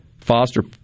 foster